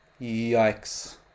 Yikes